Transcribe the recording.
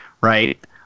right